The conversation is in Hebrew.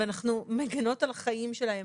ואנחנו מגינות על החיים שלהן.